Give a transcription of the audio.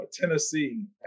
Tennessee